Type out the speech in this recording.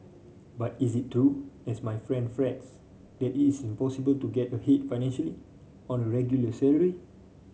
but is it true as my friend frets that it is impossible to get ahead financially on a regular salary